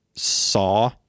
saw